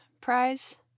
Prize